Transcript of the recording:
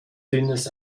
dünnes